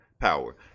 power